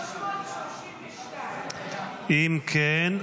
332. אם כן,